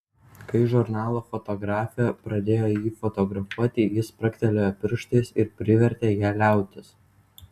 kai žurnalo fotografė pradėjo jį fotografuoti jis spragtelėjo pirštais ir privertė ją liautis